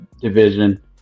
division